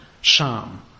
Sham